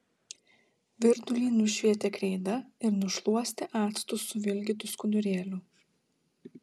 virdulį nušveitė kreida ir nušluostė actu suvilgytu skudurėliu